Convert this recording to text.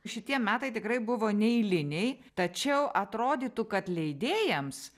šitie metai tikrai buvo neeiliniai tačiau atrodytų kad leidėjams